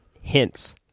hints